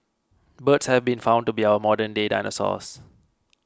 birds have been found to be our modern day dinosaurs